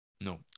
No